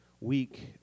week